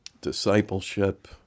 discipleship